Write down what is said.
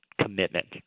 commitment